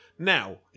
Now